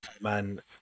Man